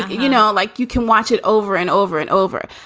you know, like you can watch it over and over and over.